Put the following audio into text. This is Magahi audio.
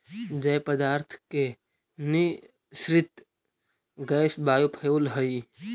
जैव पदार्थ के निःसृत गैस बायोफ्यूल हई